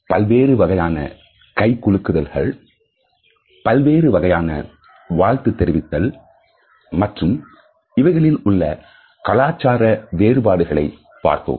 பல்வேறு வகையான கை குலுக்குதல் பல்வேறு வகையான வாழ்த்து தெரிவித்தல் மற்றும் இவைகளில் உள்ள கலாச்சார வேறுபாடுகளை பார்த்தோம்